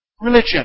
religion